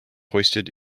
hoisted